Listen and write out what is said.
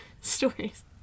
stories